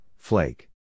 Flake